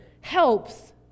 helps